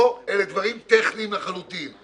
פה אלה דברים טכניים לחלוטין,